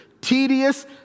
tedious